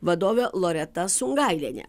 vadovė loreta sungailienė